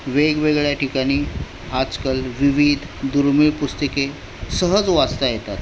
वेगवेगळ्या ठिकाणी आजकाल विविध दुर्मिळ पुस्तके सहज वाचता येतात